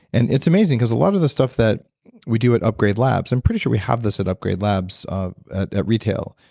and it's amazing, because a lot of the stuff that we do at upgrade labs, i'm pretty sure we have this at upgrade labs at at retail.